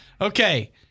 okay